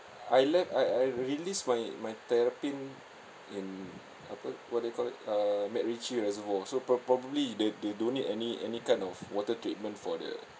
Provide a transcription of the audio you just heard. I left I I released my my terrapin in apa what do you call it err maccritchie reservoir so prob~ probably they they don't need any any kind of water treatment for the